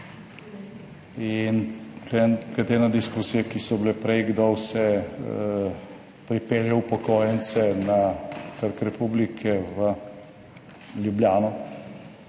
in tukaj glede na diskusije, ki so bile prej, kdo vse pripelje upokojence na Trg republike v Ljubljano,